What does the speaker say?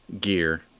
gear